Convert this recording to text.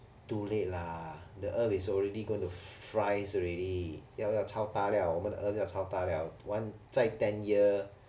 too late lah the earth is already going to fries already 要要 chao da liao 我们的 earth 要 chao da liao one 再 ten years